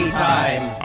time